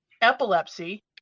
epilepsy